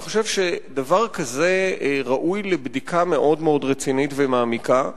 אני חושב שדבר כזה ראוי לבדיקה מאוד רצינית ומעמיקה.